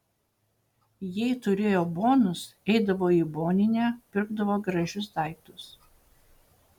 jei turėjo bonus eidavo į boninę pirkdavo gražius daiktus